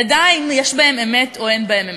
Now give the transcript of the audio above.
נדע אם יש בהם אמת או אין בהם אמת.